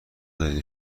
دارید